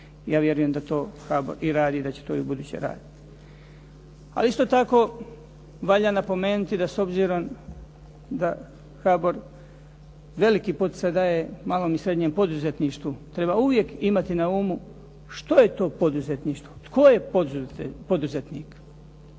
ja vjerujem da to HABOR i radi i da će to i ubuduće raditi. Ali isto tako valja napomenuti da s obzirom da HABOR veliki poticaj daje malom i srednjem poduzetništvu treba uvijek imati na umu što je to poduzetništvo, tko je poduzetnik.